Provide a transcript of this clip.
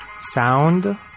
sound